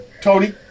Tony